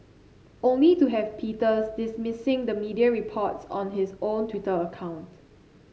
only to have Peters dismissing the media reports on his own Twitter account